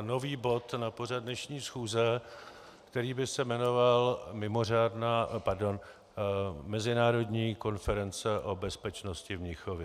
nový bod na pořad dnešní schůze, který by se jmenoval mimořádná pardon mezinárodní konference o bezpečnosti v Mnichově.